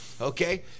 Okay